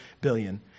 billion